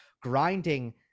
grinding